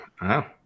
Wow